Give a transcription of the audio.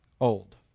old